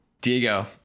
Diego